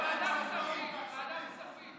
ייצוג הולם בתאגידים ממשלתיים וגופים סטטוטוריים),